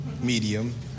medium